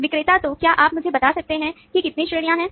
विक्रेता तो क्या आप मुझे बता सकते हैं कि कितनी श्रेणियां हैं